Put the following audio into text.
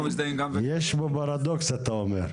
יש פה פרדוקס אתה אומר.